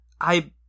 I-